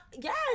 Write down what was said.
yes